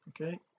okay